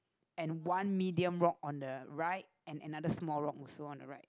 and one medium rock on the right and another small rock also on the right